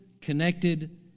connected